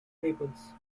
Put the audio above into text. naples